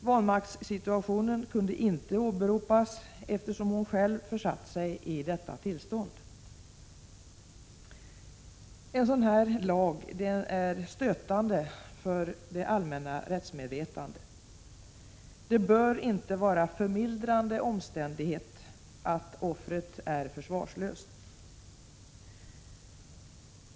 Vanmaktssituationen kunde inte åberopas, eftersom hon själv försatt sig i detta tillstånd. En sådan lag är stötande för det allmänna rättsmedvetandet. Det bör inte vara en förmildrande omständighet att offret är försvarslöst.